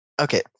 Okay